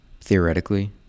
theoretically